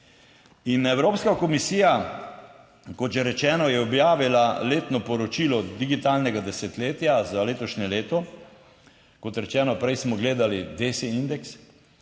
Evropska komisija, kot že rečeno, je objavila letno poročilo digitalnega desetletja za letošnje leto - kot rečeno, prej smo gledali desindeks